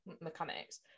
mechanics